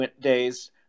days